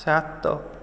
ସାତ